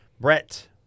Brett